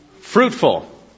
fruitful